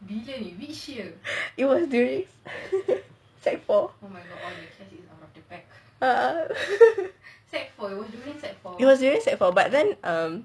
it was during secondary four it was during secondary four but then um